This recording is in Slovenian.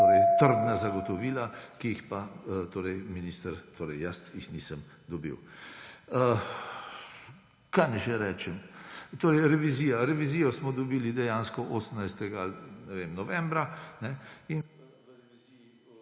trdna zagotovila, ki jih pač minister, torej jaz, jih nisem dobil. Kaj naj še rečem? Revizija. Revizijo smo dobili dejansko 8. novembra